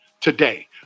today